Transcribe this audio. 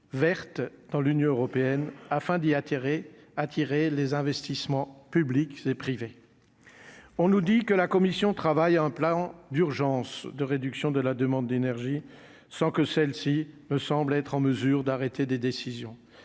vertes dans l'Union européenne afin d'y attirer, attirer les investissements publics c'est privé, on nous dit que la commission travaille à un plan d'urgence de réduction de la demande d'énergie sans que celle-ci ne semble être en mesure d'arrêter des décisions